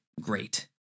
great